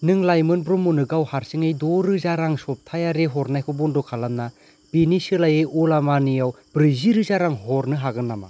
नों लाइमोन ब्रह्म'नो गाव हारसिङै द' रोजा रां सप्तायारि हरनायखौ बन्द' खालामना बेनि सोलायै अला मानिआव ब्रैजि रोजा रां हरनो हागोन नामा